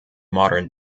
modern